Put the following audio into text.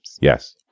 Yes